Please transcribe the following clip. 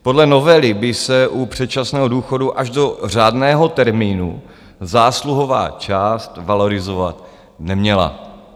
Podle novely by se u předčasného důchodu až do řádného termínu zásluhová část valorizovat neměla.